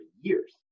years